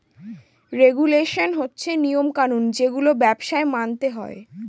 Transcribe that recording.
regulation হচ্ছে নিয়ম কানুন যেগুলো ব্যবসায় মানতে হয়